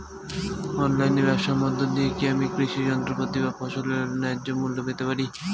অনলাইনে ব্যাবসার মধ্য দিয়ে কী আমি কৃষি যন্ত্রপাতি বা ফসলের ন্যায্য মূল্য পেতে পারি?